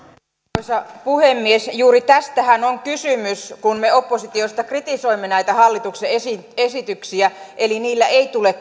arvoisa puhemies juuri tästähän on kysymys kun me oppositiosta kritisoimme näitä hallituksen esityksiä niillä ei tule